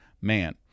man